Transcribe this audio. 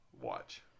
watch